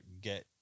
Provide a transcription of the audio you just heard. get